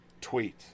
tweet